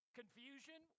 confusion